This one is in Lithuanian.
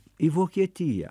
į vokietiją